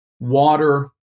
Water